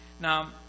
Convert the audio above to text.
Now